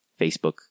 Facebook